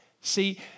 See